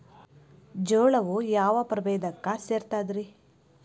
ಜೋಳವು ಯಾವ ಪ್ರಭೇದಕ್ಕ ಸೇರ್ತದ ರೇ?